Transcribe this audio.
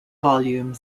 volume